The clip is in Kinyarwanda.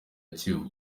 kivu